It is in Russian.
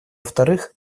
вторых